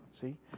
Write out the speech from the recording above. see